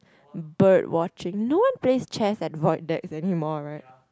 bird watching no one plays chess at void decks anymore right